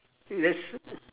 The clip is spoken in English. yes